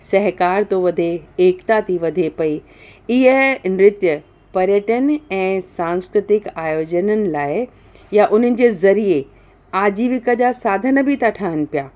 सहकार थो वधे एकता थी वधे पई इहे नृत्य पर्यटन ऐं सांस्कृतिक आयोजननि लाइ या उन्हनि जे ज़रिए आजीविका जा साधन बि था ठहनि पिया